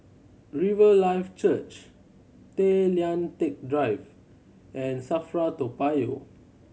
Riverlife Church Tay Lian Teck Drive and SAFRA Toa Payoh